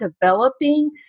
developing